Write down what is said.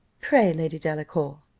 pray, lady delacour,